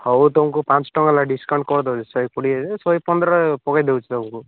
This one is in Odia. ହଉ ତୁମକୁ ପାଞ୍ଚ ଟଙ୍କା ଲା ଡ଼ିସକାଉଣ୍ଟ୍ କରି ଦେଉଛି ଶହେ କୋଡ଼ିଏ ଯେ ଶହେ ପନ୍ଦର ପକାଇ ଦେଉଛି ତୁମକୁ